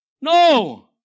No